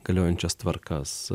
galiojančias tvarkas